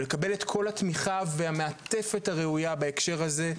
ולקבל את כל התמיכה ואת המעטפת הראויה בהקשר הזה.